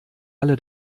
alle